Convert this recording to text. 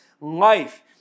life